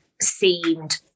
seemed